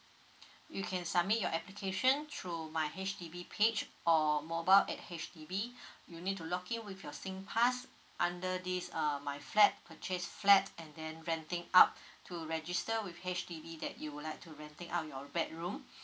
you can submit your application through my H_D_B page or mobile at H_D_B you'll need to log in with your singpass under this uh my flat purchase flat and then renting out to register with H_D_B that you would like to renting out your bedroom